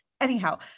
anyhow